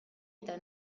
eta